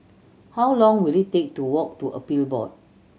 how long will it take to walk to Appeal Board